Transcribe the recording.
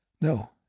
No